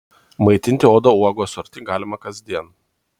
maitinti odą uogų asorti galima kasdien